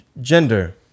gender